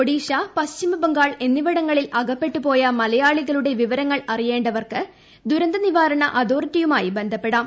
ഒഡീഷ പശ്ചിമ ബംഗാൾ എന്നിവിടങ്ങളിൽ അകപ്പെട്ടുപോയ മലയാളികളുടെ വിവരങ്ങൾ അറിയേണ്ടവർക്ക് ദുരന്തനിവാരണ അതോറിറ്റിയുമായി ബന്ധപ്പെടാം